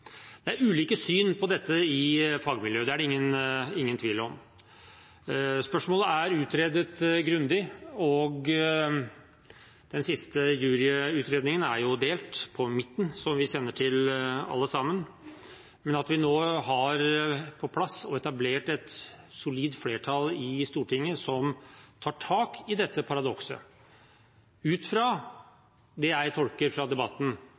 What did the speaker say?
fagmiljøet – det er det ingen tvil om. Spørsmålet er utredet grundig, og den siste juryutredningen er delt på midten, som vi kjenner til alle sammen. Men vi har nå på plass og har etablert et solid flertall i Stortinget som tar tak i dette paradokset ut fra, slik jeg tolker debatten,